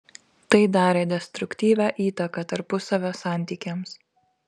tai darė destruktyvią įtaką tarpusavio santykiams